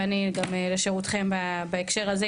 ואני גם לשירותכם בהקשר הזה,